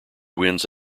wins